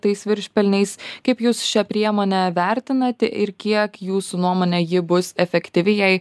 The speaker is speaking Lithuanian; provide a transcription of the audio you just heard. tais viršpelniais kaip jūs šią priemonę vertinate ir kiek jūsų nuomone ji bus efektyvi jei